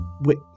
Wait